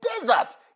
desert